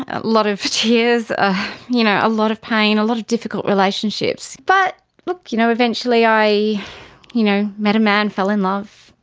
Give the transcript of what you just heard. a lot of tears, a you know a lot of pain, a lot of difficult relationships. but look, you know eventually i you know met a man, fell in love,